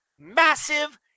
massive